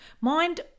mind